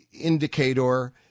indicator